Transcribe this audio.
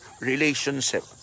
relationship